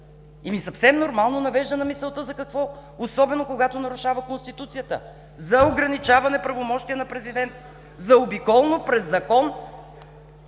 Ами, съвсем нормално навежда на мисълта за какво, особено когато нарушава Конституцията – за ограничаване правомощията на президента. Заобиколно, през закон!